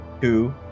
two